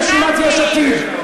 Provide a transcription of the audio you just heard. את רשימת יש עתיד.